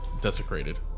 desecrated